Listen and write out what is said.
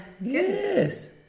Yes